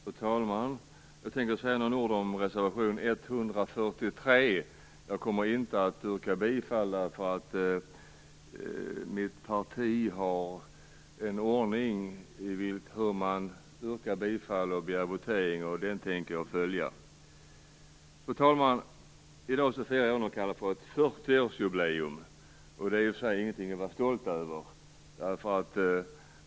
Fru talman! Jag tänker säga några ord om reservation 143. Jag kommer inte att yrka bifall till den, eftersom mitt parti har en ordning om hur man yrkar bifall och begär votering, och den tänker jag följa. Fru talman! I dag firar jag ett fyrtioårsjubileum. Det är i och för sig ingenting att vara stolt över.